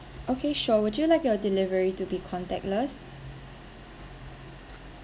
okay sure would you like your delivery to be contactless